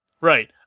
right